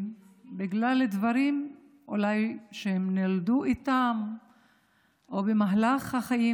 בגלל דברים שהם נולדו איתם או קרו להם במהלך החיים,